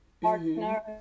partner